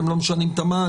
הם לא משנים את המען